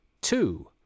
two